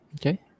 Okay